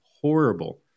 horrible